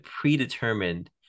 predetermined